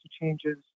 changes